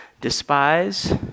despise